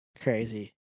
Crazy